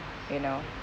you know